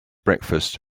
breakfast